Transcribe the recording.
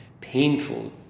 painful